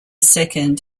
second